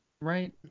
Right